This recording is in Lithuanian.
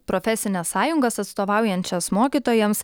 profesines sąjungas atstovaujančias mokytojams